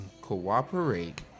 cooperate